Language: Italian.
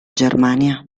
germania